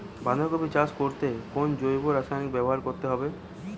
বাঁধাকপি চাষ করতে কোন জৈব রাসায়নিক ব্যবহার করতে হবে?